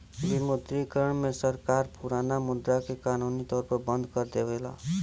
विमुद्रीकरण में सरकार पुराना मुद्रा के कानूनी तौर पर बंद कर देवला